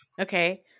okay